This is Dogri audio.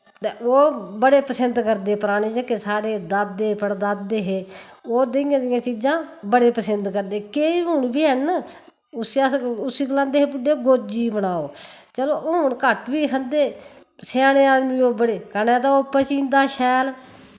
ते ओह् बड़े पसिंद करदे पराने जेह्के सोढ़े दादे पड़दादे हे ओह् देईयां देईयां चीजां बड़े पसिंद करदे केई हुन बी हैन उस्सी अस उस्सी गलांदे हे बुड्डे गोज्जी बनाओ चलो हुन घट्ट बी खंदे स्याने आदमी ओह् बड़े कन्नै ते ओह् पचींदा शैल